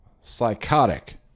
psychotic